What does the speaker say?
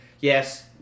Yes